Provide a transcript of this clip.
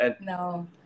No